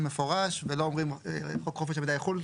מפורש ולא אומרים שחוק חופש המידע יחול,